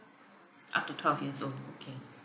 up to twelve years old okay